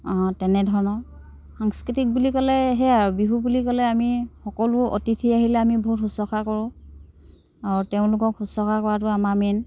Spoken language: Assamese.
তেনেধৰণৰ সাংস্কৃতিক বুলি ক'লে সেয়া আৰু বিহু বুলি ক'লে আমি সকলো অতিথি আহিলে আমি বহুত শুশ্ৰূষা কৰোঁ আৰু তেওঁলোকক শুশ্ৰূষা কৰাটো আমাৰ মেইন